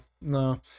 no